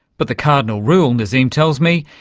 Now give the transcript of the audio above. but the cardinal rule, nazeem tells me,